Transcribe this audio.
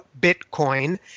Bitcoin